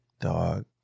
dog